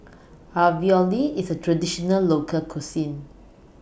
Ravioli IS A Traditional Local Cuisine